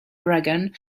dragon